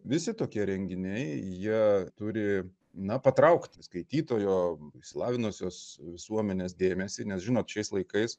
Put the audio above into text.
visi tokie renginiai jie turi na patraukti skaitytojo išsilavinusios visuomenės dėmesį nes žinot šiais laikais